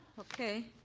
okay.